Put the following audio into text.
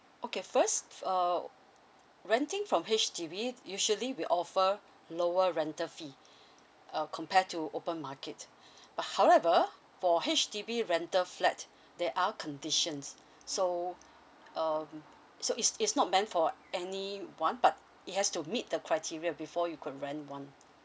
okay first uh renting from H_D_B usually we offer lower rental fee uh compare to open market but however for H_D_B rental flat there are conditions so um so it's it's not meant for anyone but it has to meet the criteria before you could rent one